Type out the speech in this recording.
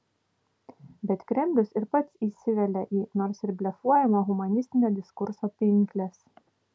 bet kremlius ir pats įsivelia į nors ir blefuojamo humanistinio diskurso pinkles